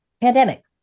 pandemic